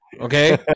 okay